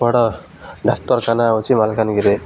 ବଡ଼ ଡାକ୍ତରଖାନା ହେଉଛି ମାଲକାନିଗିରି